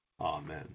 Amen